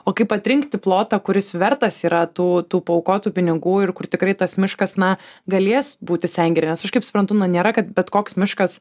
o kaip atrinkti plotą kuris vertas yra tų tų paaukotų pinigų ir kur tikrai tas miškas na galės būti sengire nes aš kaip suprantu na nėra kad bet koks miškas